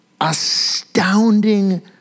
astounding